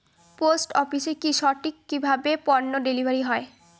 Post অফিসে কি সঠিক কিভাবে পন্য ডেলিভারি হয়?